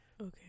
Okay